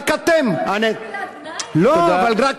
רק אתם, רק אתם.